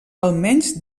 almenys